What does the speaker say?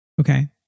Okay